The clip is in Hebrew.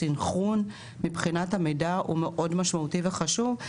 הסנכרון של המידע הוא מאוד משמעותי וחשוב.